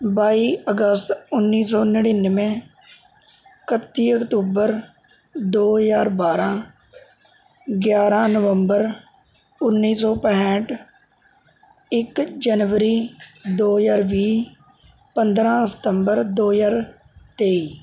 ਬਾਈ ਅਗਸਤ ਉੱਨੀ ਸੌ ਨੜੇਨਵੇਂ ਕੱਤੀ ਅਕਤੂਬਰ ਦੋ ਹਜ਼ਾਰ ਬਾਰ੍ਹਾਂ ਗਿਆਰ੍ਹਾਂ ਨਵੰਬਰ ਉੱਨੀ ਸੌ ਪੈਂਠ ਇੱਕ ਜਨਵਰੀ ਦੋ ਹਜ਼ਾਰ ਵੀਹ ਪੰਦਰ੍ਹਾਂ ਸਤੰਬਰ ਦੋ ਹਜ਼ਾਰ ਤੇਈ